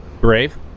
Brave